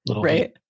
Right